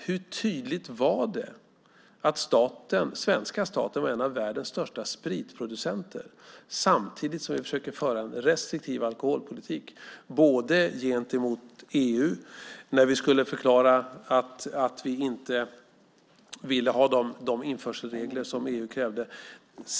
Hur tydligt var det att svenska staten var en av världens största spritproducenter samtidigt som vi försökte föra en restriktiv alkoholpolitik gentemot EU när vi skulle förklara att vi inte ville ha de införselregler som EU krävde?